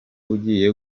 ugiye